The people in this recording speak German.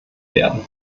werden